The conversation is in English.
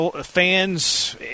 fans